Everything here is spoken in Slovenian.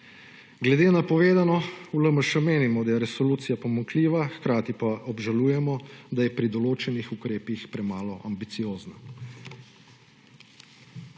Glede na povedano v LMŠ menimo, da je resolucija pomanjkljiva, hkrati pa obžalujemo, da je pri določenih ukrepih premalo ambiciozna.